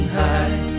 high